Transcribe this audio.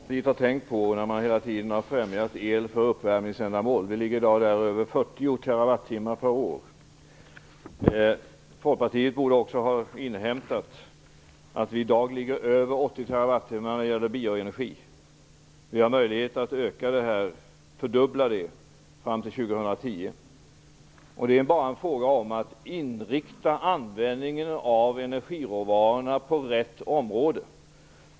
Fru talman! Det borde Folkpartiet ha tänkt på när man hela tiden har främjat el för uppvärmningsändamål. Vi ligger i dag över 40 TWh per år. Folkpartiet borde också ha inhämtat att vi i dag ligger över 80 TWh när det gäller bioenergi. Vi har möjlighet att fördubbla den siffran fram till 2010. Det är bara en fråga om att inrikta användningen av energiråvarorna på rätt område.